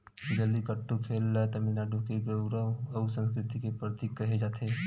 जल्लीकट्टू खेल ल तमिलनाडु के गउरव अउ संस्कृति के परतीक केहे जाथे